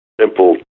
simple